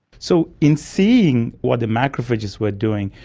so in seeing what the macrophages were doing,